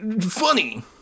funny